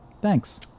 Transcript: Thanks